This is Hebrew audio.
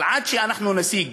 אבל עד שאנחנו נשיג